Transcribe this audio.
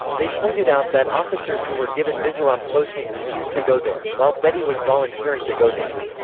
they pointed out that officers who were given mizoram posting refused to go there, while bedi was volunteering to go there.